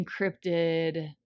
encrypted